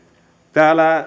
täällä